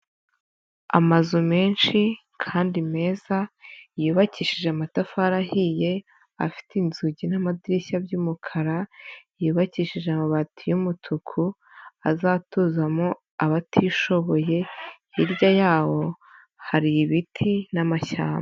Amazu menshi kandi meza, yubakishije amatafari ahiye, afite inzugi n'amadirishya byumukara, yubakishije amabati umutuku, azatuzamo abatishoboye, hirya yaho hari ibiti n'amashyamba.